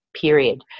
period